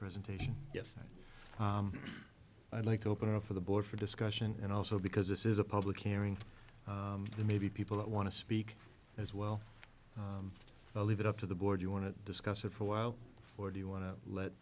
presentation yes i'd like to open it up for the board for discussion and also because this is a public hearing that maybe people that want to speak as well leave it up to the board you want to discuss it for a while or do you want to let